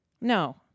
No